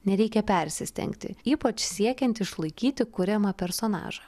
nereikia persistengti ypač siekiant išlaikyti kuriamą personažą